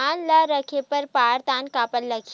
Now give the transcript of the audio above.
धान ल रखे बर बारदाना काबर मिलही?